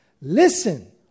Listen